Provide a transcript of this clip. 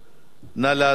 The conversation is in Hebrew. נא להצביע.